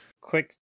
Quick